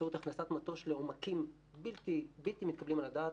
באמצעות הכנסת מטוש לעומקים בלתי מתקבלים על הדעת,